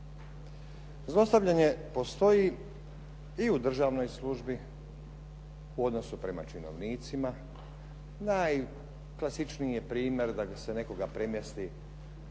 Zlostavljanje postoji i u državnoj službi, u odnosu prema činovnicima, najklasičniji je primjer da se nekoga premjesti